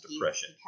depression